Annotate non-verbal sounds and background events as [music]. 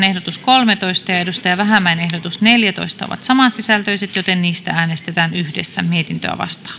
[unintelligible] ehdotus kaksikymmentäyksi ja ozan yanarin ehdotus kaksikymmentäkaksi ovat samansisältöiset joten niistä äänestetään yhdessä mietintöä vastaan [unintelligible]